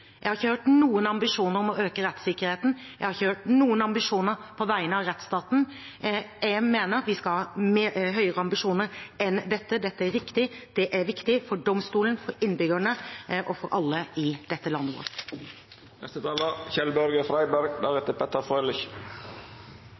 Jeg har ikke hørt noen ambisjoner om å øke rettssikkerheten, jeg har ikke hørt noen ambisjoner på vegne av rettsstaten. Jeg mener at vi skal ha høyere ambisjoner enn dette. Dette er riktig, det er viktig for domstolene, for innbyggerne og for alle i landet